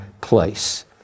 place